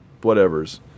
whatevers